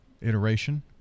iteration